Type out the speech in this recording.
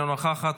אינה נוכחת,